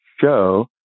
show